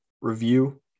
review